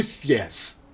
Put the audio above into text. Yes